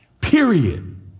Period